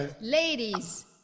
ladies